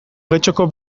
getxoko